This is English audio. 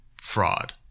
fraud